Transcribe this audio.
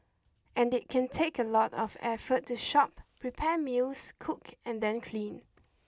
and it can take a lot of effort to shop prepare meals cook and then clean